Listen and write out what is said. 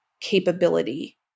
capability